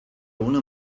una